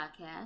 Podcast